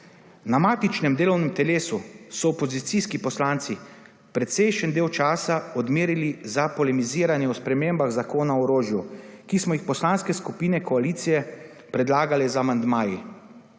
Na matičnem delovnem telesu so opozicijski poslanci precejšnji del časa odmerili za polemiziranje o spremembah Zakona o orožju, ki smo jih poslanske skupine koalicije predlagale z amandmaji.